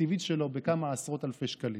התקציבית שלו בכמה עשרות אלפי שקלים.